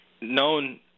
known